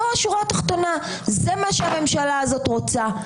זה מה שהממשלה הזאת רוצה.